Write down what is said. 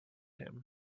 him